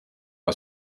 aus